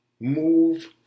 Move